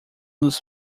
nos